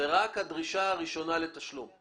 זה רק הדרישה הראשונה לתשלום;